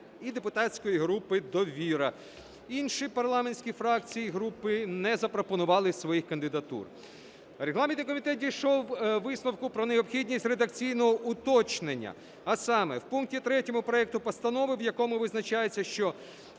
і депутатської групи "Довіра". Інші парламентські фракції і групи не запропонували своїх кандидатур. Регламентний комітет дійшов висновку про необхідність редакційного уточнення, а саме в пункті 3 проекту постанови, в якому визначається, що